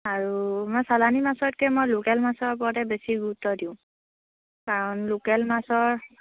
আৰু মই চালানী মাছতকৈ মই লোকেল মাছৰ ওপৰতে বেছি গুৰুত্ব দিওঁ কাৰণ লোকেল মাছৰ